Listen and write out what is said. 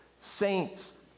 saints